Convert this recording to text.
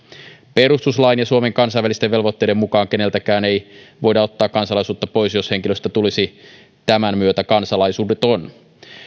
perustuslain ja suomen kansainvälisten velvoitteiden mukaan keneltäkään ei voida ottaa kansalaisuutta pois jos henkilöstä tulisi tämän myötä kansalaisuudeton